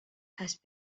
has